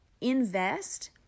invest